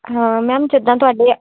ਹਾਂ ਮੈਮ ਜਿੱਦਾਂ ਤੁਹਾਡੇ